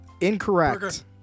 Incorrect